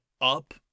up